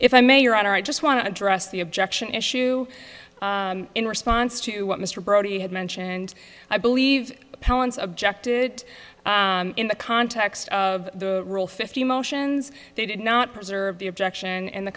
if i may your honor i just want to address the objection issue in response to what mr brody had mentioned and i believe palin's object it in the context of the rule fifty motions they did not preserve the objection and the